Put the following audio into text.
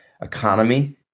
economy